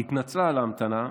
היא התנצלה על ההמתנה,